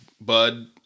Bud